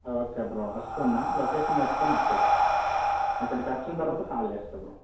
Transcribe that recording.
okay bro వస్తున్నాను location పెట్టుకుని వచ్చేస్తాను అక్కడికి వచ్చిన తరువాత కాల్ చేస్తాను బ్రో